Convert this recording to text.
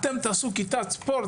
אתם תעשו כיתת ספורט,